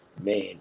man